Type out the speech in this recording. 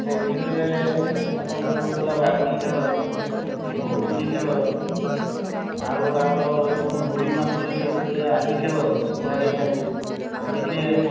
ସେଇ ଭିତରେ ଆପଣଙ୍କର ରାହୁଥିଲା ବାଗୁଡ଼ି ଖେଳ ବୋହୁଚୋରି ଖେଳ ଆଉ ଆମର ସବୁ ଗୁଲିମାନଙ୍କରେ ଖେଳୁଥିଲେ ଆଲି ଖେଳ କୁହାଯାଏ ତାକୁ କ୍ରିକେଟ୍